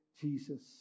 Jesus